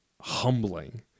humbling